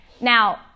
now